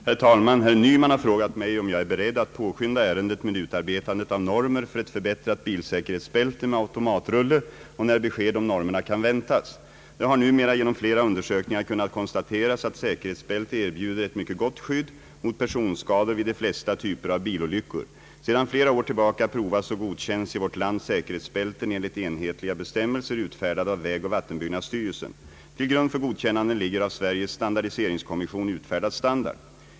Herr talman! Herr Nyman har frågat mig om jag är beredd att påskynda ärendet med utarbetandet av normer för ett förbättrat bilsäkerhetsbälte med automatrulle och när besked om normerna kan väntas. Det har numera genom flera undersökningar kunnat konstateras att säkerhetsbälte erbjuder ett mycket gott skydd mot personskador vid de flesta typer av bilolyckor. Sedan flera år tillbaka provas och godkänns i vårt land säkerhetsbälten enligt enhetliga bestämmelser, utfärdade av vägoch vattenbyggnadsstyrelsen. Till grund för godkännanden ligger av Sveriges standardiseringskommission utfärdad standard.